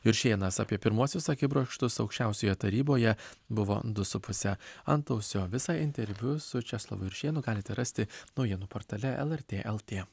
juršėnas apie pirmuosius akibrokštus aukščiausioje taryboje buvo du su puse antausio visą interviu su česlovu juršėnu galite rasti naujienų portale lrt lt